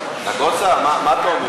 נגוסה, מה אתה אומר?